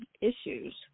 issues